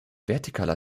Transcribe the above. vertikaler